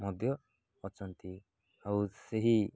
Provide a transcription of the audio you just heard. ମଧ୍ୟ ଅଛନ୍ତି ଆଉ ସେହି